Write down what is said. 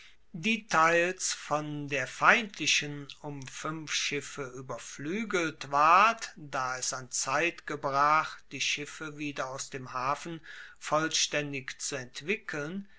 teils von der feindlichen um fuenf schiffe ueberfluegelt ward da es an zeit gebrach die schiffe wieder aus dem hafen vollstaendig zu entwickeln